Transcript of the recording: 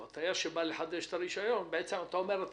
או הטייס שבא לחדש את הרישיון, אז אתה אומר לו